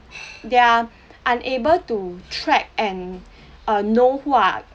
they're unable to track and err know who are